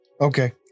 Okay